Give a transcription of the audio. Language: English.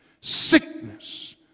sickness